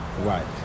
Right